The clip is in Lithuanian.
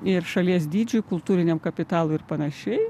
ir šalies dydžiui kultūriniam kapitalui ir panašiai